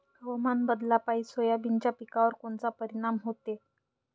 हवामान बदलापायी सोयाबीनच्या पिकावर कोनचा परिणाम होते?